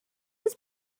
his